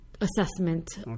assessment